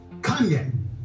Kanye